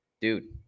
Dude